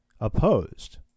opposed